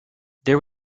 there